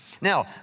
Now